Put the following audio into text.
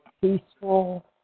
peaceful